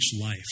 life